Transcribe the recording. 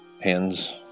hands